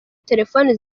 telefoni